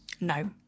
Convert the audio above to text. No